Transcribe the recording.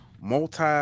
multi